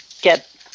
get